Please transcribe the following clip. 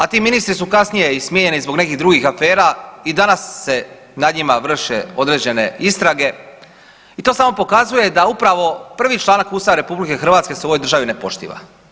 A ti ministri su kasnije i smijenjeni zbog nekih drugih afera i danas se nad njima vrše određene istrage i to samo pokazuje da upravo prvi članak Ustava RH se u ovoj državi ne poštiva.